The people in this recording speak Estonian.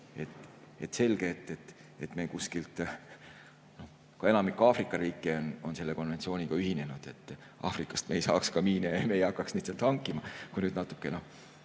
tollal toetust. Ka enamik Aafrika riike on selle konventsiooniga ühinenud. Aafrikast me ei saaks miine ja me ei hakkaks neid sealt hankima, kui nüüd natukene